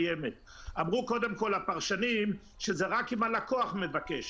אדוני, האם אני יכול לומר מילה, בבקשה?